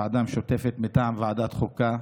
בוועדה המשותפת מטעם ועדת חוקה,